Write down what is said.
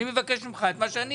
אני מבקש ממך את מה שאני